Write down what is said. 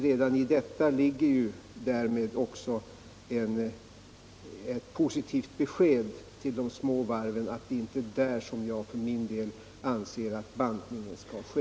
Redan i detta ligger ett positivt besked till de små varven, att det inte är där som jag för min del anser att bantningen skall ske.